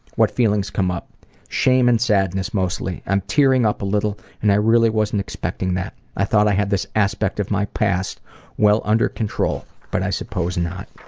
what feelings come up shame and sadness mostly. i'm tearing up a little, and i really wasn't expecting that. i thought i had this aspect of my past well under control, but i suppose not.